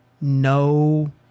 no